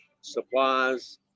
supplies